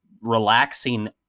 relaxing